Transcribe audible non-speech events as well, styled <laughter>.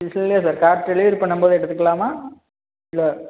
<unintelligible> sir car delivery பண்ணும்போது எடுத்துக்கலாமா இல்லை